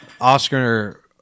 Oscar